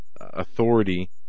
authority